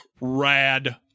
rad